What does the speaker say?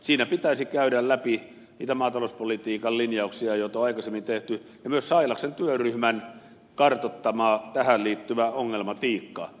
siinä pitäisi käydä läpi niitä maatalouspolitiikan linjauksia joita on aikaisemmin tehty ja myös sailaksen työryhmän kartoittama tähän liittyvä ongelmatiikka